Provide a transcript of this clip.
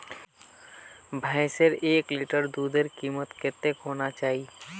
भैंसेर एक लीटर दूधेर कीमत कतेक होना चही?